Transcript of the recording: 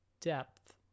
depth